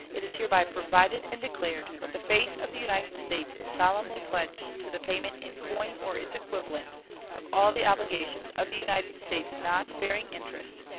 it is hereby provided and declared that the faith of the united states is solemnly pledged to the payment in coin or its equivalent of all the obligations of the united states not bearing interest,